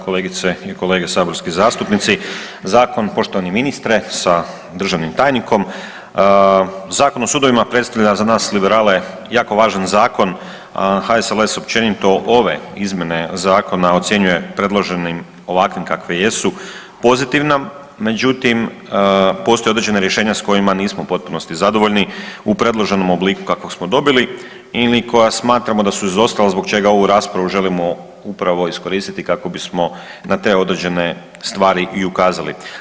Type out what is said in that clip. Kolegice i kolege saborski zastupnici, zakon, poštovani ministre sa državnim tajnikom, Zakon o sudovima predstavlja za nas liberale jako važan zakon HSLS općenito ove izmjene zakona predloženim ovakvim kakve jesu pozitivnim, međutim postoje određena rješenja s kojima nismo u potpunosti zadovoljni u predloženom obliku kakvog smo dobili ili koja smatramo da su izostala zbog čega ovu raspravu želimo upravo iskoristiti kako bismo na te određene stvari i ukazali.